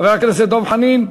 חבר הכנסת דב חנין,